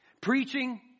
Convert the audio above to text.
Preaching